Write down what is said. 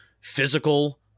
physical